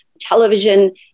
television